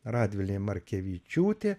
radvilė markevičiūtė